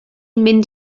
mynd